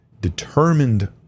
determined